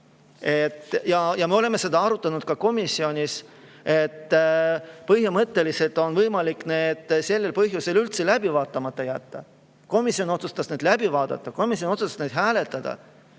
Me oleme seda komisjonis arutanud. Põhimõtteliselt on võimalik need sel põhjusel üldse läbi vaatamata jätta. Komisjon otsustas need läbi vaadata, komisjon otsustas neid hääletada.